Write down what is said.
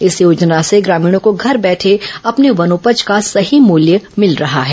इस योजना से ग्रामीणों को घर बैठे अपने वनोपज का सही मूल्य मिल रहा है